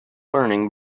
learning